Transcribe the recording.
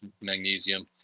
magnesium